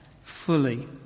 fully